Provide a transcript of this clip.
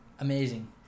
amazing